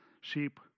sheep